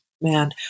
man